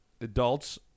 adults